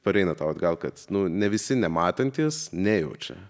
pareina tau atgal kad nu ne visi nematantys nejaučia